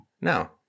No